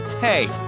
Hey